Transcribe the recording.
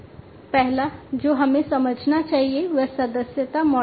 पहला जो हमें समझना चाहिए वह सदस्यता मॉडल है